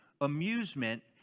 Amusement